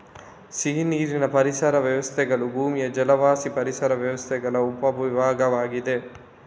ಸಿಹಿನೀರಿನ ಪರಿಸರ ವ್ಯವಸ್ಥೆಗಳು ಭೂಮಿಯ ಜಲವಾಸಿ ಪರಿಸರ ವ್ಯವಸ್ಥೆಗಳ ಉಪ ವಿಭಾಗವಾಗಿದೆ